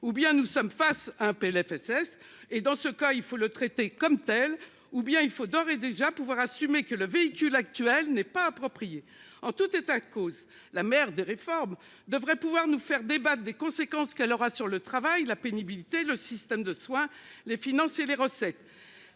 ou bien nous sommes face un PLFSS et dans ce cas il faut le traiter comme tel, ou bien il faut d'ores et déjà pouvoir assumer que le véhicule actuel n'est pas approprié. En tout état de cause, la mère des réformes devrait pouvoir nous faire débat des conséquences qu'elle aura sur le travail, la pénibilité, le système de soins les finances les recettes.